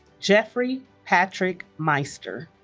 jeffrey patrick meister